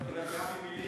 זה הולך לפי מילה.